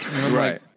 right